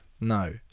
No